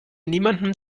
niemandem